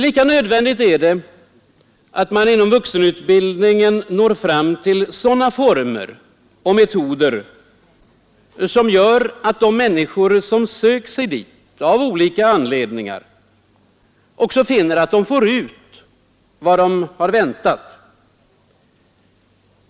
Lika nödvändigt är det, att man inom vuxenutbildningen når fram till sådana former och metoder som gör, att de människor som söker sig dit av olika anledningar också finner, att de får ut vad de har väntat.